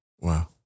Wow